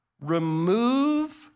remove